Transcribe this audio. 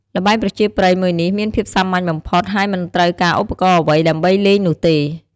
ល្បែងប្រជាប្រិយមួយនេះមានភាពសាមញ្ញបំផុត ហើយមិនត្រូវការឧបករណ៍អ្វី ដើម្បីលេងនោះទេ។